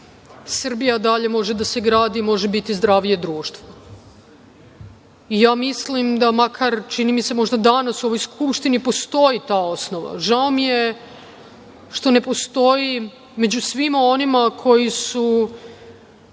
Srbija dalje može da se gradi, može biti zdravije društvo. Mislim da, makar danas čini mi se, u ovoj Skupštini postoji ta osnova. Žao mi je što ne postoji i među svima onima koji su